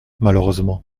malheureusement